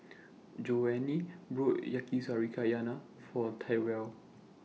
Joanie bought Yakizakana For Tyrel